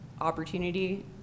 opportunity